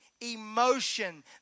emotion